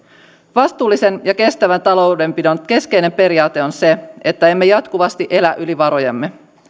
vastuullisen ja kestävän taloudenpidon keskeinen periaate on se että emme jatkuvasti elä yli varojemme